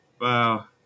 wow